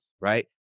right